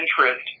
interest